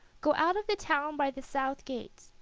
go out of the town by the south gate,